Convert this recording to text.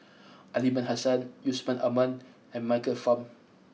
Aliman Hassan Yusman Aman and Michael Fam